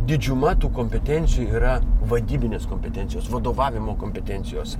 didžiuma tų kompetencijų yra vadybinės kompetencijos vadovavimo kompetencijos